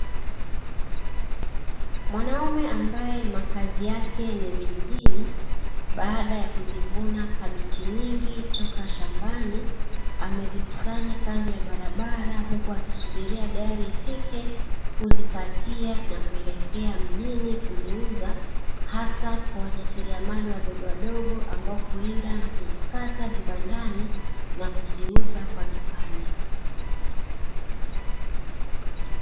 Mwanaume ambaye makazi yake ni vijijini, baada ya kuzivuna kabichi nyingi toka shambani; amezikusanya kando ya barabara huku akisubiria gari ifike kuzipakia na kuelekea mjini kuziuza, hasa kwa wajasiriamali wadogowadogo; ambao huenda na kuzikata vibandani na kuziuza kwa vipande.